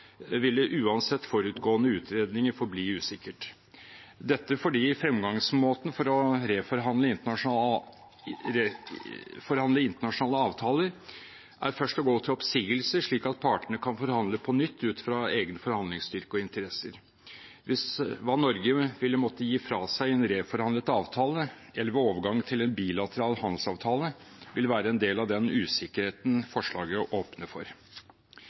ville oppnå, ville uansett forutgående utredninger forbli usikkert, dette fordi fremgangsmåten for å reforhandle internasjonale avtaler er først å gå til oppsigelse, slik at partene kan forhandle på nytt ut fra egen forhandlingsstyrke og interesser. Hva Norge ville måtte gi fra seg i en reforhandlet avtale eller ved overgang til en bilateral handelsavtale, vil være en del av den usikkerheten forslaget åpner for.